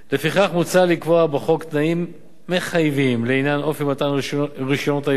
לפיכך מוצע לקבוע בחוק תנאים מחייבים לעניין אופי מתן רשיונות הייבוא